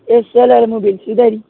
yes Salala mobiles ഇതാര്